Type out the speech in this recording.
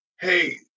hey